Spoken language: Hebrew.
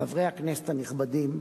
חברי הכנסת הנכבדים,